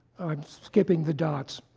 i'm skipping the dots.